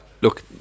Look